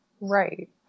Right